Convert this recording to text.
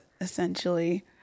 essentially